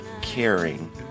caring